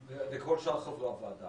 וקראתי את דבריהם של כל שאר חברי הוועדה.